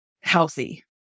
healthy